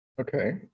Okay